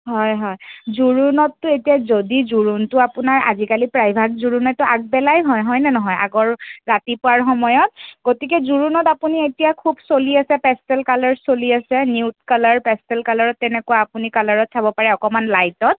হয় হয় জোৰোণততো এতিয়া যদি জোৰোণটো আপোনাৰ আজিকালি প্ৰায়ভাগ জোৰোণতো আগবেলাই হয় হয়নে নহয় আগৰ ৰাতিপুৱাৰ সময়ত গতিকে জোৰোণত আপুনি এতিয়া খুব চলি আছে পেষ্টেল কালাৰ চলি আছে নিউট কালাৰ পেষ্টেল কালাৰত তেনেকুৱা আপুনি কালাৰত চাব পাৰে অকণমান লাইটত